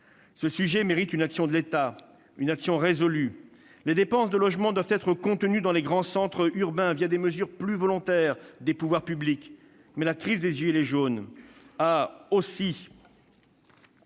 Ce sujet mérite une action de l'État, une action résolue. Les dépenses en matière de logement doivent être contenues dans les grands centres urbains, des mesures plus volontaires des pouvoirs publics. Mais la crise des « gilets jaunes » a aussi